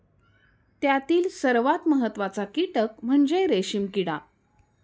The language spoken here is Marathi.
त्यातील सर्वात महत्त्वाचा कीटक म्हणजे रेशीम किडा